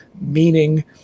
meaning